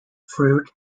fruit